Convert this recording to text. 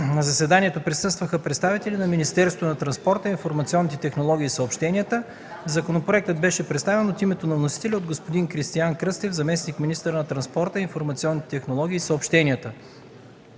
На заседанието присъстваха представители на Министерството на транспорта, информационните технологии и съобщенията. Законопроектът беше представен от името на вносителите от господин Кристиан Кръстев – заместник-министър на транспорта, информационните технологии и съобщенията.